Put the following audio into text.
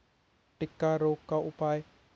टिक्का रोग का उपाय?